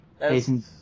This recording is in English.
Jason